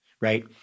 right